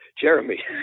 Jeremy